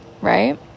right